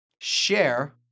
share